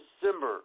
December